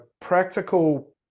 practical